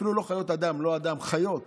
אפילו לא חיות אדם, לא "אדם", חיות,